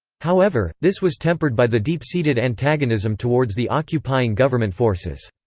however, this was tempered by the deep-seated antagonism towards the occupying government forces.